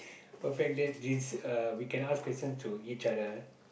perfect date means we can ask question to each other